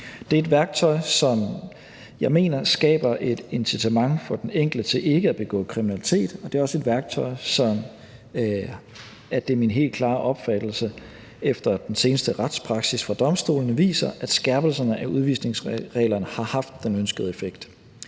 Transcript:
Det er et værktøj, som jeg mener skaber et incitament for den enkelte til ikke at begå kriminalitet, og det er også et værktøj, er det min helt klare opfattelse, som efter den seneste retspraksis fra domstolene viser, at skærpelserne af udvisningsreglerne har haft den ønskede effekt.